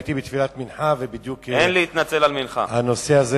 הייתי בתפילת מנחה ובדיוק הנושא הזה